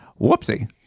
whoopsie